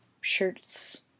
shirts